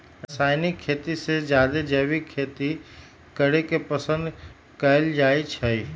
रासायनिक खेती से जादे जैविक खेती करे के पसंद कएल जाई छई